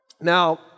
Now